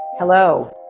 hello.